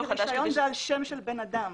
רישיון הוא על שם של בן אדם.